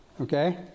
okay